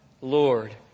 Lord